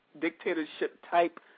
dictatorship-type